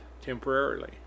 temporarily